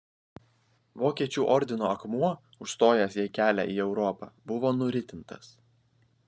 vokiečių ordino akmuo užstojęs jai kelią į europą buvo nuritintas